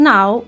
Now